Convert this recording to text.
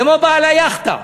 כמו בעל היאכטה,